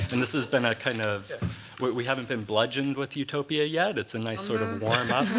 and this has been a kind of we haven't been bludgeoned with utopia yet. it's a nice sort of and warmup